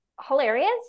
hilarious